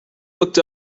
looked